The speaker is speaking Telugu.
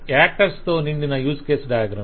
యాక్టర్స్ తో నిండిన యూస్ కేసు డయాగ్రం ఇది